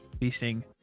beasting